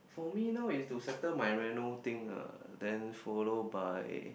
for me now is to settle my reno thing ah then follow by